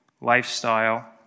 lifestyle